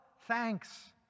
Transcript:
thanks